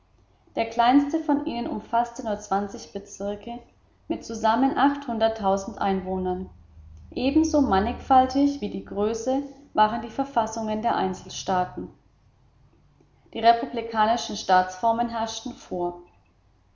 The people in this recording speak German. der kleinste von ihnen umfaßte nur zwanzig bezirke mit zusammen einwohnern ebenso mannigfaltig wie die größen waren die verfassungen der einzelstaaten die republikanischen staatsformen herrschten vor